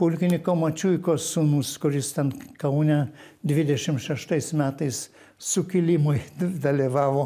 pulkininko mačiuikos sūnus kuris ten kaune dvidešimt šeštais metais sukilimui dalyvavo